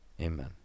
Amen